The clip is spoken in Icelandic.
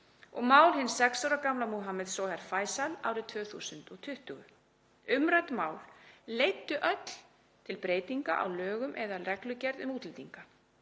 mál hins 6 ára gamla Muhammeds Zohairs Faisals árið 2020. Umrædd mál leiddu öll til breytinga á lögum eða reglugerð um útlendinga.